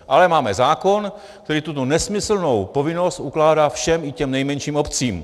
Ale máme zákon, který tuto nesmyslnou povinnost ukládá všem, i těm nejmenším obcím.